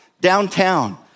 downtown